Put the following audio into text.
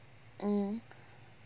mm